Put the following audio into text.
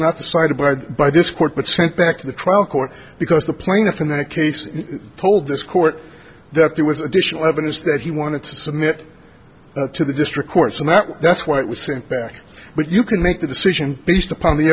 the site abide by this court but sent back to the trial court because the plaintiff in the case told this court that there was additional evidence that he wanted to submit to the district courts and that that's why it was sent back but you can make the decision based upon the